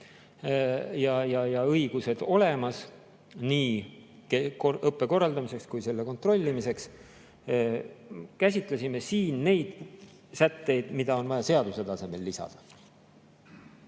ja õigused olemas nii õppe korraldamiseks kui ka selle kontrollimiseks. Me käsitlesime siin neid sätteid, mida on vaja seaduse tasemel lisada.